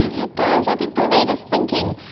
it does. i think the latest thinking,